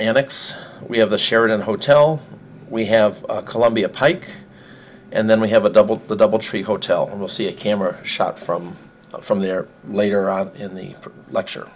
annex we have the sheraton hotel we have columbia pike and then we have a double the doubletree hotel and we'll see a camera shot from from there later on in the lecture